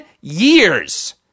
years